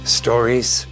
stories